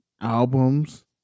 albums